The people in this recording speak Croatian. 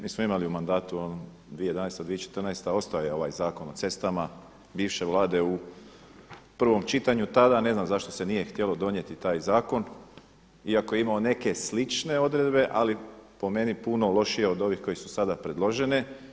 Mi smo imali u mandatu 2011.-2014. ostao je ovaj Zakon o cestama bivše vlade u prvom čitanju tada, ne znam zašto se nije htjelo donijeti taj zakon iako je imao neke slične odredbe, ali po meni puno lošije od ovih su sada predložene.